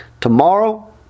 tomorrow